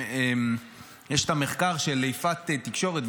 יש את המחקר של יפעת תקשורת,